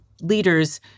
leaders